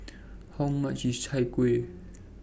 How much IS Chai Kueh